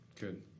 Good